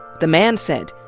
the man said,